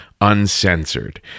uncensored